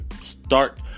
start